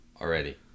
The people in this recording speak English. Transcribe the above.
Already